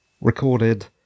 recorded